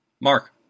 Mark